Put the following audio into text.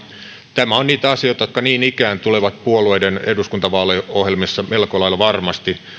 tämä on niitä asioita jotka niin ikään tulevat puolueiden eduskuntavaaliohjelmissa melko lailla varmasti